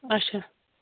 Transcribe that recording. اچھا